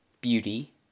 beauty